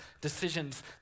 decisions